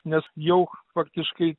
nes jau faktiškai